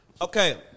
Okay